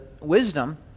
wisdom